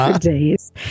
days